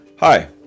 Hi